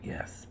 Yes